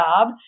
job